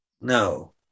No